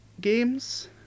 games